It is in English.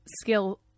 skill